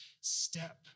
step